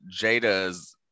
jada's